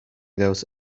those